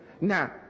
Now